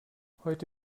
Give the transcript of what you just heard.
heute